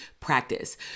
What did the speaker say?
practice